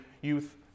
youth